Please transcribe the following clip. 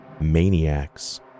maniacs